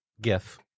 Gif